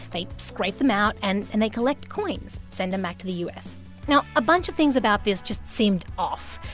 they scrape them out, and and they collect coins, send them back to the u s now, a bunch of things about this just seemed off.